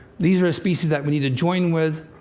these are a species that we need to join with.